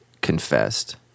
confessed